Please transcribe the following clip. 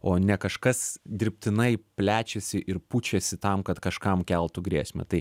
o ne kažkas dirbtinai plečiasi ir pučiasi tam kad kažkam keltų grėsmę tai